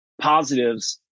positives